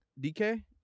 DK